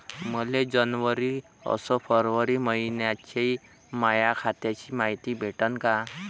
मले जनवरी अस फरवरी मइन्याची माया खात्याची मायती भेटन का?